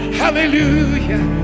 hallelujah